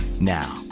Now